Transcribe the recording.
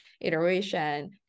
iteration